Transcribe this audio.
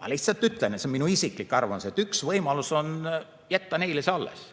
Ma lihtsalt ütlen – see on minu isiklik arvamus –, et üks võimalus on jätta neile see alles.